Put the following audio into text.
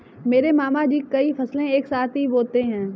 मेरे मामा जी कई फसलें एक साथ ही बोते है